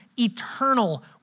eternal